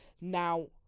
now